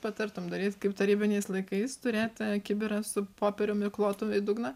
patartum daryt kaip tarybiniais laikais turėt tą kibirą su popierium įklotu į dugną